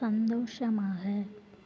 சந்தோஷமாக